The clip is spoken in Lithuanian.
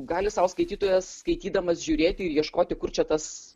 gali sau skaitytojas skaitydamas žiūrėti ir ieškoti kur čia tas